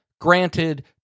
granted